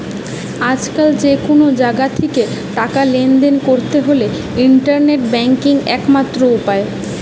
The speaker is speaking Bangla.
আজকাল যে কুনো জাগা থিকে টাকা লেনদেন কোরতে হলে ইন্টারনেট ব্যাংকিং একমাত্র উপায়